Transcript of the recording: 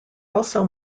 also